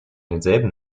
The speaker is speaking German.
denselben